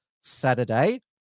saturday